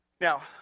Now